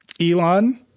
Elon